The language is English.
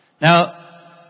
Now